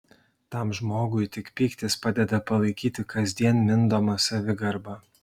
tam žmogui tik pyktis padeda palaikyti kasdien mindomą savigarbą